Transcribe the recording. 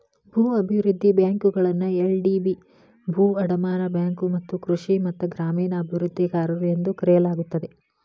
ಭೂ ಅಭಿವೃದ್ಧಿ ಬ್ಯಾಂಕುಗಳನ್ನ ಎಲ್.ಡಿ.ಬಿ ಭೂ ಅಡಮಾನ ಬ್ಯಾಂಕು ಮತ್ತ ಕೃಷಿ ಮತ್ತ ಗ್ರಾಮೇಣ ಅಭಿವೃದ್ಧಿಗಾರರು ಎಂದೂ ಕರೆಯಲಾಗುತ್ತದೆ